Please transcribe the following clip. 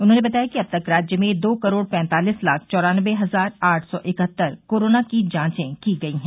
उन्होंने बताया कि अब तक राज्य में दो करोड़ पैंतालिस लाख चौरान्नबे हजार आठ सौ इकहत्तर करोना की जांचे की गई हैं